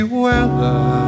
weather